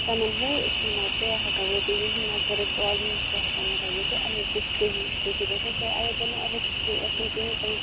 تِمَن أسۍ چھِنہٕ مطلب تور ہیٚکان وٲتِتھ کِہیٖنۍ نیٚٹورک پرابلم چھِ ہیٚکان مَطلَب گٔژھِتھ